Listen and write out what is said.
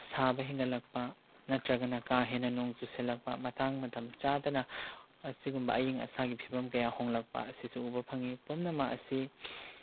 ꯁꯥꯕ ꯍꯦꯟꯒꯠꯂꯛꯄ ꯅꯠꯇ꯭ꯔꯒꯅ ꯀꯥ ꯍꯦꯟꯅ ꯅꯣꯡ ꯆꯨꯁꯤꯜꯂꯛꯄ ꯃꯇꯥꯡ ꯃꯇꯝ ꯆꯥꯗꯅ ꯑꯁꯤꯒꯨꯝꯕ ꯑꯌꯤꯡ ꯑꯁꯥꯒꯤ ꯐꯤꯕꯝ ꯀꯌꯥ ꯍꯣꯡꯂꯛꯄ ꯑꯁꯤꯁꯨ ꯎꯕ ꯐꯪꯏ ꯄꯨꯝꯅꯃꯛ ꯑꯁꯤ